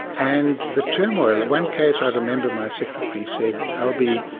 and the turmoil. one case i remember my secretary said, albie,